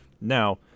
Now